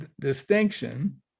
distinction